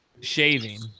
Shaving